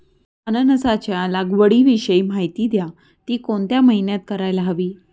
अननसाच्या लागवडीविषयी माहिती द्या, ति कोणत्या महिन्यात करायला हवी?